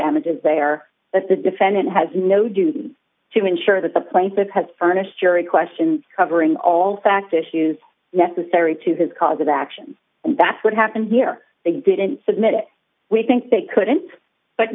damages there that the defendant has no duty to ensure that the plaintiff has furnished jury questions covering all fact issues necessary to his cause of action and that's what happened here they didn't submit it we think they couldn't but